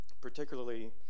particularly